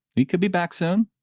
it could be back soon.